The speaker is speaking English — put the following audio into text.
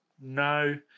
No